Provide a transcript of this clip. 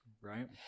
right